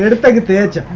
effect of the